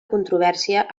controvèrsia